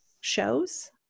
shows